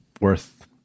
worth